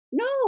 No